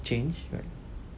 change right